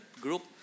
group